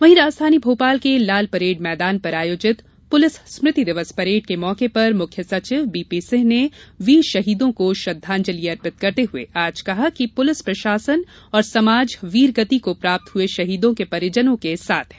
वही राजधानी भोपाल के लालपरेड मैदान पर आयोजित प्रलिस स्मृति दिवस परेड के मौके पर मुख्य सचिव बीपीसिंह ने वीर शहीदों को श्रद्धांजलि अर्पित करते हुए आज कहा कि पुलिस प्रशासन और समाज वीरगति को प्राप्त हुए शहीदों के परिजनों के साथ है